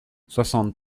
soixante